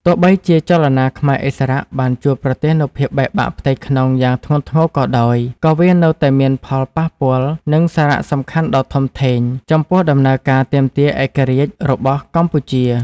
ទោះបីជាចលនាខ្មែរឥស្សរៈបានជួបប្រទះនូវភាពបែកបាក់ផ្ទៃក្នុងយ៉ាងធ្ងន់ធ្ងរក៏ដោយ ក៏វានៅតែមានផលប៉ះពាល់ និងសារៈសំខាន់ដ៏ធំធេងចំពោះដំណើរការទាមទារឯករាជ្យរបស់កម្ពុជា។